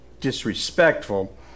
disrespectful